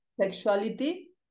sexuality